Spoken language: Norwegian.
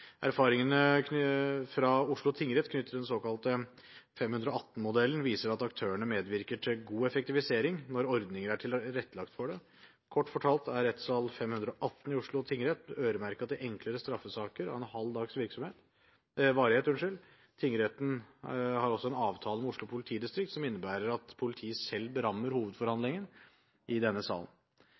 Erfaringene fra Oslo tingrett knyttet til den såkalte 518-modellen viser at aktørene medvirker til god effektivisering når ordninger er tilrettelagt for det. Kort fortalt er rettssal 518 i Oslo tingrett øremerket til enklere straffesaker av en halv dags varighet. Tingretten har også en avtale med Oslo politidistrikt som innebærer at poltiet selv berammer hovedforhandlingen i denne